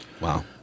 Wow